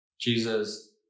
Jesus